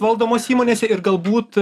valdomose įmonėse ir galbūt